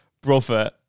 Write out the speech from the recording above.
brother